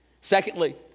Secondly